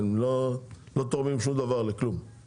הן לא תורמות שום דבר לכלום,